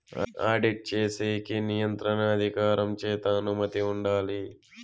audit చేసేకి నియంత్రణ అధికారం చేత అనుమతి ఉండాలి